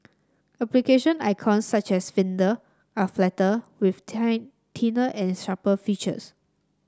application icons such as Finder are flatter with thinner and sharper features